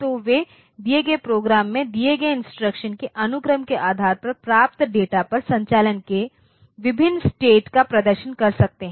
तो वे दिए गए प्रोग्राम में दिए गए इंस्ट्रक्शन के अनुक्रम के आधार पर प्राप्त डाटा पर संचालन के विभिन्न स्टेट का प्रदर्शन कर सकते हैं